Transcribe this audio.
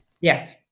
Yes